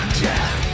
death